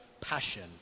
passion